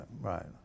Right